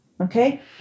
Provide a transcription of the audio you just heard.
Okay